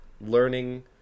learning